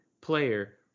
player